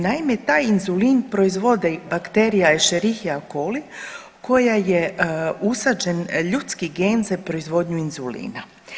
Naime, taj inzulin proizvodi bakterija escherichia coli koja je usađen ljudski gen za proizvodnju inzulina.